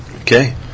Okay